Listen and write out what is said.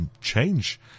change